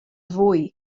fwy